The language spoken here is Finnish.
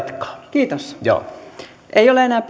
kiitos ei ole enää